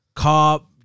Cop